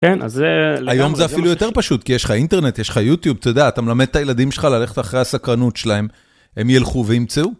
כן, אז למה... היום זה אפילו יותר פשוט, כי יש לך אינטרנט, יש לך יוטיוב, אתה יודע, אתה מלמד את הילדים שלך ללכת אחרי הסקרנות שלהם, הם ילכו וימצאו.